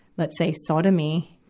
let's say sodomy,